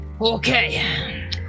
Okay